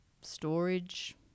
storage